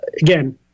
again